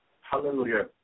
Hallelujah